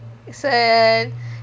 innocent